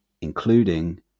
including